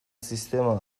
sistema